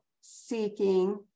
seeking